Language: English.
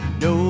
no